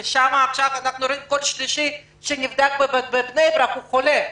כי עכשיו אנחנו רואים שכל אדם שלישי שנבדק בבני ברק הוא חולה.